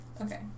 Okay